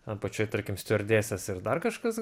apačioj tarkim stiuardesės ir dar kažkas